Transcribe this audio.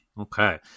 Okay